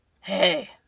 Hey